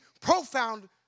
profound